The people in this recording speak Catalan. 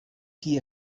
qui